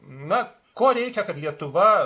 na ko reikia kad lietuva